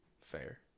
Fair